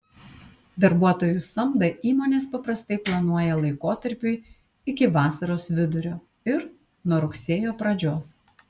darbuotojų samdą įmonės paprastai planuoja laikotarpiui iki vasaros vidurio ir nuo rugsėjo pradžios